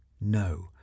no